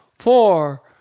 four